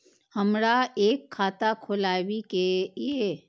हमरा एक खाता खोलाबई के ये?